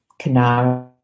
Canara